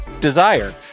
Desire